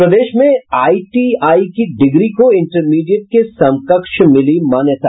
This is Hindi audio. और प्रदेश में आईटीआई की डिग्री को इंटरमीडिएट के समकक्ष मिली मान्यता